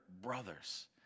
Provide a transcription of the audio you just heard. brothers